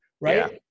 right